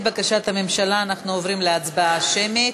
על-פי בקשת הממשלה אנחנו עוברים להצבעה שמית.